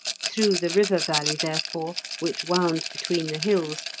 through the river valley, therefore, which wound between the hills,